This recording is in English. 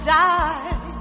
die